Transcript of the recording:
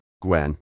Gwen